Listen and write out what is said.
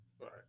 right